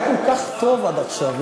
היה כל כך טוב עד עכשיו.